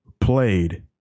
played